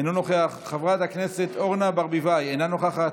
אינו נוכח, חברת הכנסת היבה יזבק, אינה נוכחת,